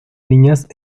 niñas